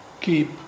keep